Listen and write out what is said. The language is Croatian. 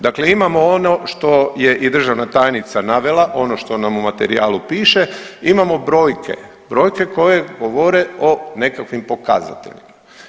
Dakle imamo ono što je i državna tajnica navela, ono što nam u materijalu piše, imamo brojke, brojke koje govore o nekakvim pokazateljima.